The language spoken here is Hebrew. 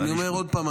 אני אומר עוד פעם,